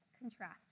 contrast